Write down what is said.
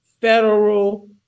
federal